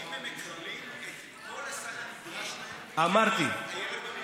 האם הם מקבלים את כל הסל הנדרש להם בחינוך המיוחד?